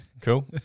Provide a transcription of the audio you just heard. Cool